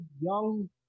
young